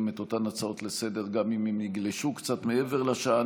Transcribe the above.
את אותן הצעות לסדר-היום גם אם הן יגלשו קצת מעבר לשעה,